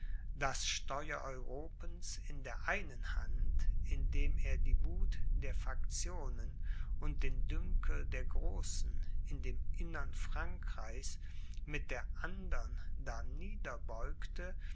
das steuer europens in der einen hand indem er die wuth der faktionen und den dünkel der großen in dem innern frankreichs mit der andern